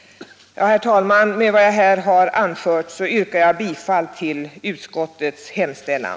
Herr talman! Med vad jag här anfört yrkar jag bifall till utskottets hemställan.